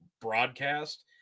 broadcast